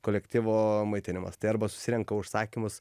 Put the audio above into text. kolektyvo maitinimas tai arba susirenka užsakymus